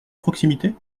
proximité